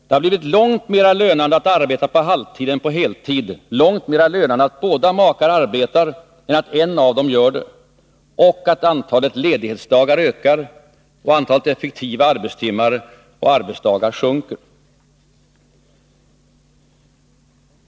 Det har blivit långt mera lönande att arbeta på halvtid än på heltid, långt mera lönande att båda makar arbetar än att en av dem gör det. Antalet ledighetsdagar ökar, och antalet effektiva arbetstimmar och arbetsdagar sjunker.